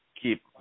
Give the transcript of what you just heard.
keep